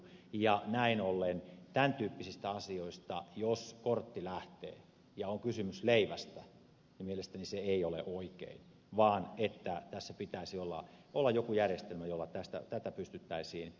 ja näin ollen jos kortti lähtee tämän tyyppisistä asioista ja on kysymys leivästä mielestäni se ei ole oikein vaan tässä pitäisi olla joku järjestelmä jolla tätä pystyttäisiin lieventämään